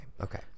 Okay